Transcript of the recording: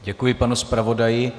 Děkuji panu zpravodaji.